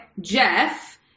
Jeff